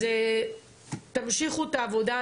אז תמשיכו את העבודה,